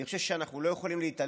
אני חושב שאנחנו לא יכולים להתעלם